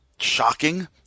Shocking